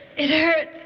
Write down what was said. it hurts.